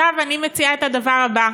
עכשיו אני מציעה את הדבר הבא: